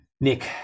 Nick